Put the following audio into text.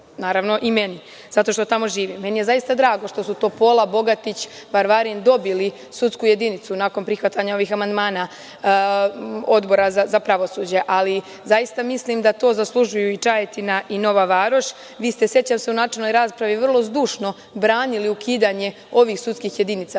naravno i meni, zato što tamo živim. Meni je zaista drago što su Topola, Bogatić, Varavrin dobili sudsku jedinicu nakon prihvatanja ovih amandmana, Odbora za pravosuđe. Zaista mislim da to zaslužuju i Čajetina i Nova Varoš. Vi ste, sećam se u načelnoj raspravi, vrlo zdušno branili ukidanje ovih sudskih jedinica,